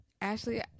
ashley